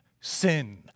sin